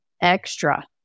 extra